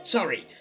Sorry